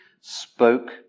spoke